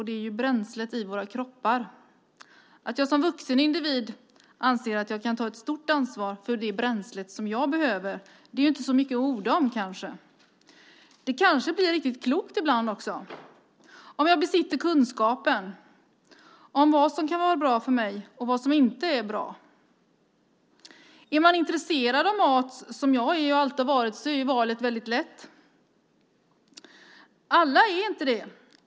Det är bränslet i våra kroppar. Att jag som vuxen individ anser att jag kan ta ett stort ansvar för det bränsle som jag behöver är kanske inte så mycket att orda om. Om jag besitter kunskapen om vad som är bra för mig och vad som inte är bra kan det ibland också bli riktigt klokt. Är man som jag intresserad av mat, något som jag alltid varit, är valet lätt. Alla är inte det.